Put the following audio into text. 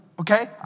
okay